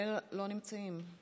הרבה לא נמצאים.